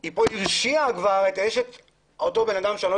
היא כבר הרשיעה את אשתו של אדם שאני לא